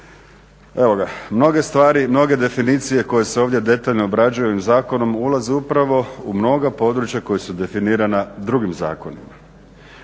Evo ga. Mnoge stvari, mnoge definicije koje se ovdje detaljno obrađuju ovim zakonom ulaze upravo u mnoga područja koja su definirana drugim zakonima.